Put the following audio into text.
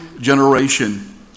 generation